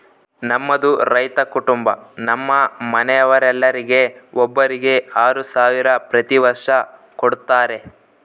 ನಮ್ಮದು ರೈತ ಕುಟುಂಬ ನಮ್ಮ ಮನೆಯವರೆಲ್ಲರಿಗೆ ಒಬ್ಬರಿಗೆ ಆರು ಸಾವಿರ ಪ್ರತಿ ವರ್ಷ ಕೊಡತ್ತಾರೆ